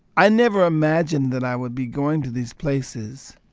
i never imagined that i would be going to these places,